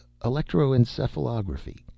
electroencephalography